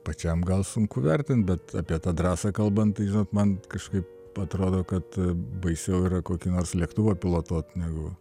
pačiam gal sunku vertint bet apie tą drąsą kalbant tai man kažkaip atrodo kad baisiau yra kokį nors lėktuvą pilotuot negu